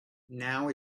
now